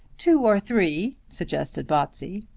two or three, suggested botsey.